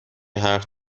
حرف